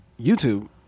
YouTube